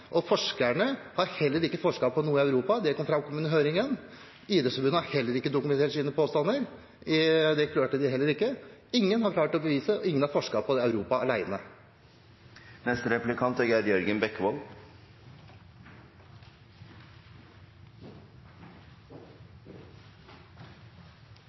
Og forskerne har heller ikke forsket på noe i Europa, det kom fram under høringen. Idrettsforbundet har heller ikke dokumentert sine påstander, det klarte de heller ikke. Ingen har klart å bevise dette, og ingen har forsket på Europa alene. Det er